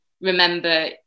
remember